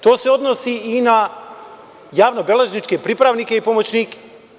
To se odnosi i na javno beležničke pripravnike i pomoćnike.